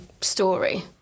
story